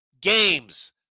games